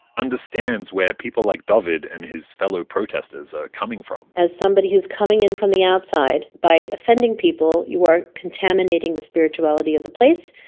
understands where people like dovid and his fellow protestors are coming from as somebody who's coming in from the outside, by offending people, you are contaminating the spirituality of the place.